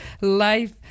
life